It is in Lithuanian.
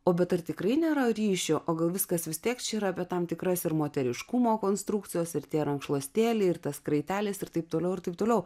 o bet ir tikrai nėra ryšio o gal viskas vis tiek čia yra tam tikras ir moteriškumo konstrukcijos ir tie rankšluostėlai ir tas kraitelės ir taip toliau ir taip toliau